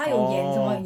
orh